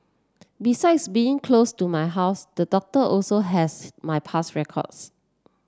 besides being close to my house the doctor also has my past records